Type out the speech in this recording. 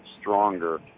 stronger